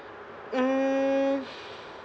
mm